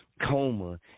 Coma